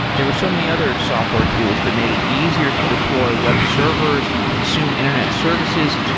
there were so many other software tools that made it easier to deploy web servers and consume internet services.